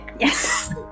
Yes